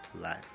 life